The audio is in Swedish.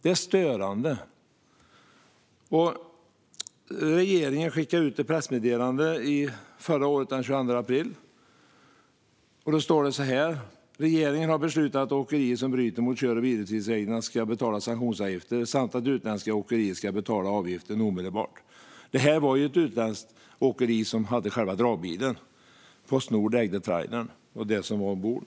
Det är störande. Regeringen skickade ut ett pressmeddelande den 22 april förra året. Där stod det att regeringen hade beslutat att åkerier som bryter mot kör och vilotidsreglerna ska betala sanktionsavgifter samt att utländska åkerier ska betala avgiften omedelbart. Här var det ju ett utländskt åkeri som hade själva dragbilen; Postnord ägde trailern och det som var ombord.